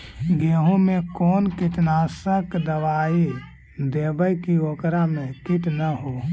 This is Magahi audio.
गेहूं में कोन कीटनाशक दबाइ देबै कि ओकरा मे किट न हो?